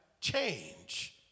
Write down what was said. change